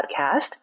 podcast